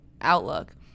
outlook